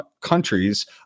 countries